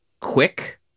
quick